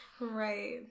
right